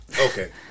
Okay